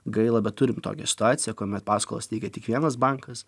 gaila bet turim tokią situaciją kuomet paskolas teikia tik vienas bankas